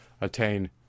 attain